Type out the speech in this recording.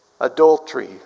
adultery